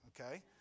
okay